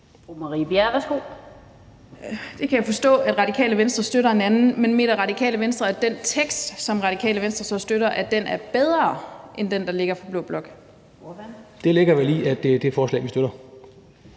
Jeg kan forstå, at Radikale Venstre støtter en anden, men mener Radikale Venstre, at den tekst, som Radikale Venstre støtter, er bedre end den, der ligger fra blå blok? Kl. 20:04 Den fg. formand (Annette